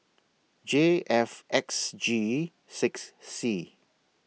J F X G six C